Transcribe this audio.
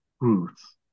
roots